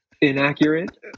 inaccurate